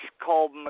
called